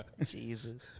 Jesus